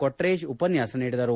ಕೊಟ್ರೇಶ್ ಉಪನ್ಯಾಸ ನೀಡಿದರು